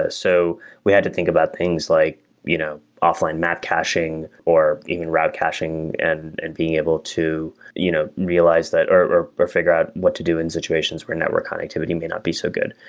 ah so we had to think about things like you know offline map caching, or even route caching and and being able to you know realize that, or or figure out what to do in situations where network connectivity may not be so good.